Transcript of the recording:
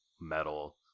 metal